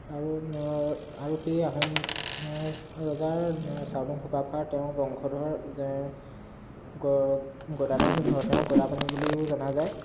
আৰু আৰু সেই আহোম ৰজাৰ চাউলুং চুকাফাৰ তেওঁৰ বংশধৰ যে গ গদাধৰ সিংহ তেওঁক গদাপাণি বুলিও জনা যায়